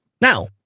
now